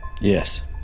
Yes